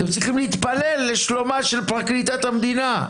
אתם צריכים להתפלל לשלומה של פרקליטת המדינה.